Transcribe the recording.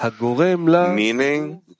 meaning